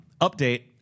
Update